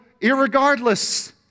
irregardless